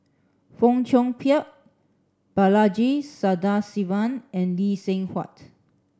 Fong Chong Pik Balaji Sadasivan and Lee Seng Huat